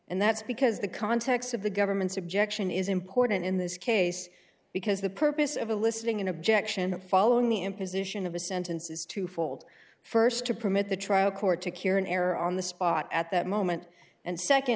and that's because the context of the government's objection is important in this case because the purpose of a listening in objection following the imposition of a sentence is twofold st to permit the trial court to cure an error on the spot at that moment and